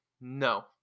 no